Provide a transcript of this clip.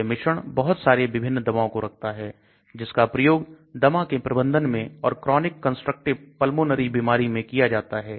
यह मिश्रण बहुत सारे विभिन्न दवाओं को रखता है जिसका प्रयोग दमा के प्रबंधन में और chronic constructive pulmonary बीमारी में किया जाता है